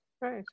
right